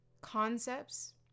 concepts